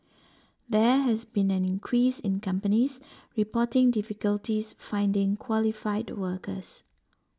there has been an increase in companies reporting difficulties finding qualified workers